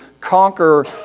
conquer